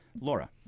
Laura